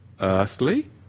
Earthly